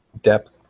depth